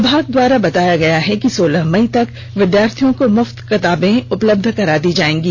विभाग द्वारा बताया गया कि सोलह मई तक विद्यार्थियों को मुफ्त में किताबें उपलब्ध करा दी जाएंगी